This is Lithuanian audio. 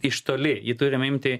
iš toli jį turim imti